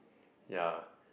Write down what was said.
yeah